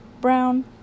Brown